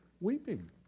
weeping